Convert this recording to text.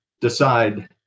decide